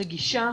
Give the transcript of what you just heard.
רגישה,